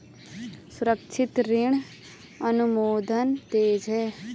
सुरक्षित ऋण अनुमोदन तेज है